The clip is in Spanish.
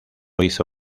hizo